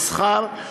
מסחר,